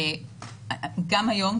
גם היום,